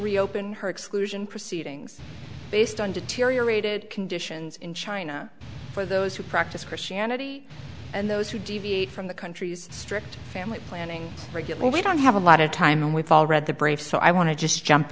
reopen her exclusion proceedings based on deteriorated conditions in china for those who practice christianity and those who deviate from the country's strict family planning regular we don't have a lot of time and we've all read the briefs so i want to just jump